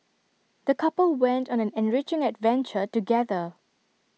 the couple went on an enriching adventure together